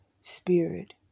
spirit